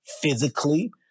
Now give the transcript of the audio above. physically